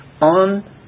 on